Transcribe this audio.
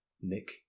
Nick